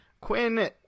Quinn